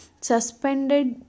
suspended